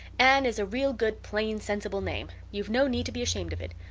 anne is a real good plain sensible name. you've no need to be ashamed of it.